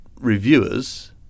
reviewers